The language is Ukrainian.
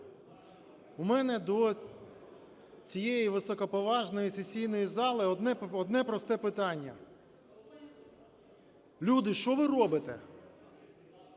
у мене до цієї високоповажної сесійної зали одне просте питання: люди, що ви робите?